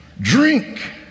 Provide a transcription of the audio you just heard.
drink